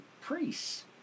priests